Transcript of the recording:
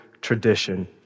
tradition